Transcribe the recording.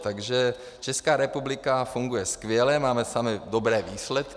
Takže Česká republika funguje skvěle, máme samé dobré výsledky.